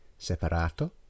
separato